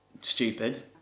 stupid